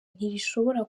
ntirishobora